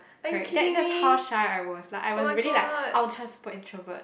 correct that that's how shy I was like I was really like ultra super introvert